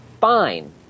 fine